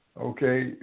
okay